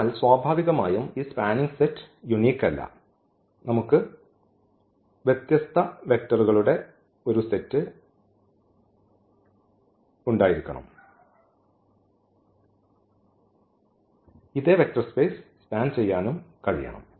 അതിനാൽ സ്വാഭാവികമായും ഈ സ്പാനിംഗ് സെറ്റ് യൂനിക് അല്ല നമുക്ക് വ്യത്യസ്ത വെക്റ്ററുകളുടെ ഒരു സെറ്റ് ഉണ്ടായിരിക്കാനും ഇതേ വെക്റ്റർ സ്പേസ് സ്പാൻ ചെയ്യാനും കഴിയണം